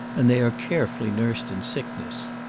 and they are carefully nursed in sickness.